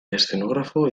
escenógrafo